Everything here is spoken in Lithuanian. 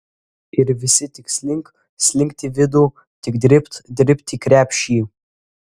ir visi tik slink slinkt į vidų tik dribt dribt į krepšį